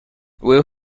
will